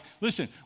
listen